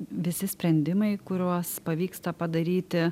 visi sprendimai kuriuos pavyksta padaryti